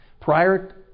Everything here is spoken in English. Prior